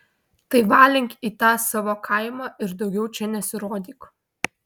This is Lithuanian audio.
tai valink į tą savo kaimą ir daugiau čia nesirodyk